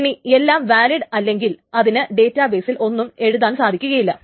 ഇനി എല്ലാം വാലിഡ് അല്ലെങ്കിൽ ഇതിന് ഡേറ്റാ ബെയിസിൽ ഒന്നും എഴുതുവാൻ സാധിക്കുകയില്ല